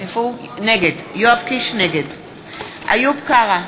נגד איוב קרא,